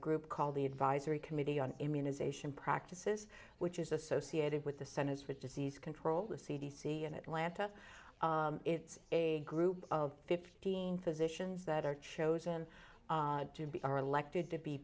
group called the advisory committee on immunization practices which is associated with the centers for disease control the c d c in atlanta it's a group of fifteen physicians that are chosen to be are elected to be